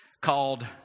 called